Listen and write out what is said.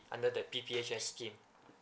under the P_P_H_S scheme